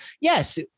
yes